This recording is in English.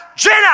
Jenna